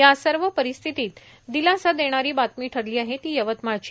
या सर्व परिस्थितीत दिलासा देणारी बातमी ठरली आहे ती यवतमाळची